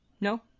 no